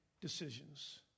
decisions